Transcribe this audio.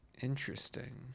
Interesting